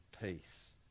peace